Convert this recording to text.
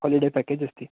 holiday package अस्ति